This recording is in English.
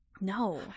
No